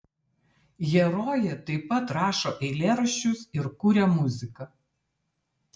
herojė taip pat rašo eilėraščius ir kuria muziką